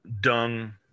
dung